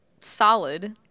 solid